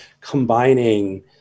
combining